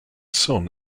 sun